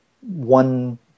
one